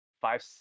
Five